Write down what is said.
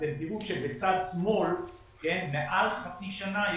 אתם תראו שבצד שמאל - מעל חצי שנה,